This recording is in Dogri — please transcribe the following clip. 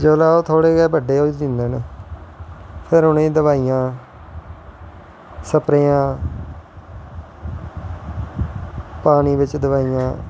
जिसलै ओह् थोह्ड़े जे बड्डे होई जंदे न फिर उनेंगी दवाईयां सप्रेआं पानी बिच्च दवाईयां